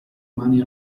mani